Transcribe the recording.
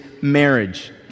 marriage